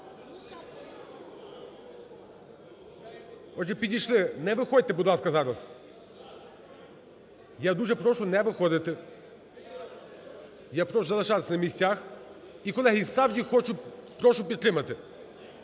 Отже, підійшли… Не виходьте, будь ласка, зараз. Я дуже прошу, не виходити. Я прошу залишатися на місцях. І, колеги, справді прошу підтримати.